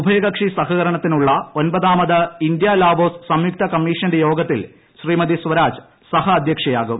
ഉഭയകക്ഷി സഹകരണത്തിനുള്ള ഒമ്പതാമത് ഇന്ത്യ ലാവോസ് സംയുക്ത കമ്മീഷന്റെ യോഗത്തിൽ ശ്രീമതി സ്വരാജ് സഹ അധ്യക്ഷയാകും